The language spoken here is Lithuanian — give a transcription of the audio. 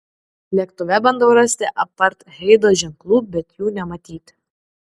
lėktuve bandau rasti apartheido ženklų bet jų nematyti